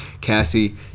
cassie